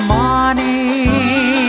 money